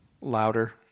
louder